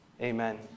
amen